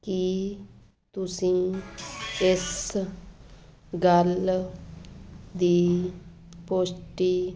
ਕੀ ਤੁਸੀਂ ਇਸ ਗੱਲ ਦੀ ਪੁਸ਼ਟੀ